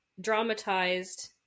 dramatized